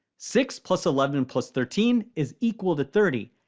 six plus eleven plus thirteen is equal to thirty,